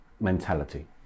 mentality